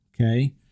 okay